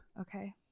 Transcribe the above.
Okay